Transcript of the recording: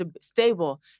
stable